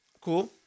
Cool